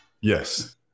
Yes